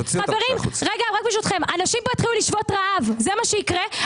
חברים, אנשים פה יתחילו לשבות רעב, זה מה שיקרה.